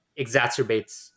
exacerbates